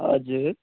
हजुर